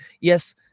yes